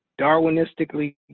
darwinistically